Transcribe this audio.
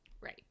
Right